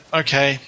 okay